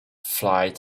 flight